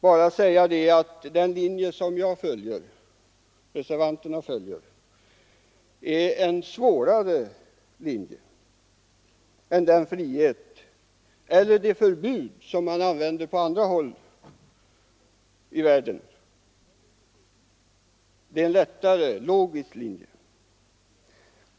Jag vill bara säga att den linje som reservanterna följer är svårare än den frihet eller det förbud som tillämpas på andra håll i världen och som innebär en lättare, logisk linje.